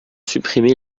supprimer